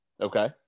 Okay